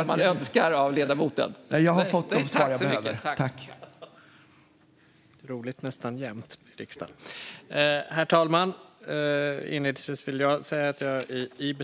som han önskar av ledamoten?